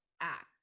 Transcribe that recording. act